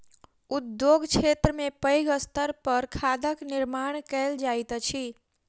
उद्योग क्षेत्र में पैघ स्तर पर खादक निर्माण कयल जाइत अछि